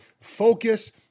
focus